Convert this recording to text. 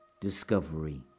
discovery